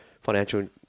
financial